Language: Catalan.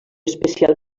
especial